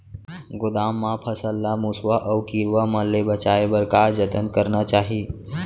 गोदाम मा फसल ला मुसवा अऊ कीरवा मन ले बचाये बर का जतन करना चाही?